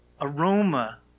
aroma